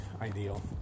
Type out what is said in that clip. ideal